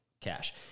cash